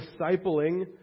discipling